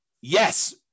Yes